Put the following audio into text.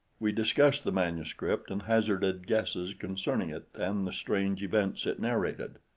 we discussed the manuscript and hazarded guesses concerning it and the strange events it narrated.